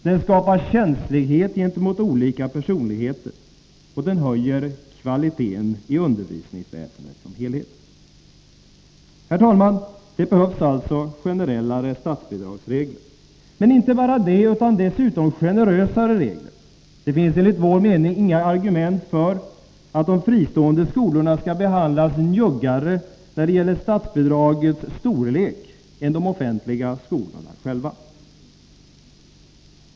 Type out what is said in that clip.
Den skapar känslighet gentemot olika personligheter, och den höjer kvaliteten i undervisningsväsendet som helhet. Herr talman! Det behövs alltså generellare statsbidragsregler, men inte bara det utan dessutom generösare regler. Det finns, enligt vår mening, inga argument för att de fristående skolorna skall behandlas njuggare när det gäller statsbidragets storlek än de offentliga skolorna.